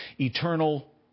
eternal